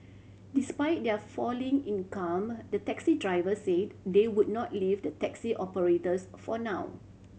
despite their falling income the taxi drivers said they would not leave the taxi operators for now